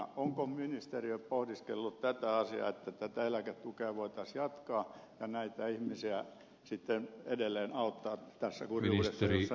onko ministeriössä pohdiskeltu tätä asiaa että tätä eläketukea voitaisiin jatkaa ja näitä ihmisiä sitten edelleen auttaa tässä kurjuudessa jossa he työttömänä ovat